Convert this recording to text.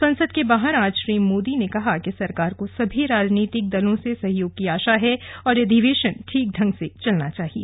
संसद के बाहर आज श्री मोदी ने कहा कि सरकार को सभी राजनीतिक दलों से सहयोग की आशा है और अधिवेशन ठीक ढंग से चलना चाहिए